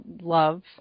love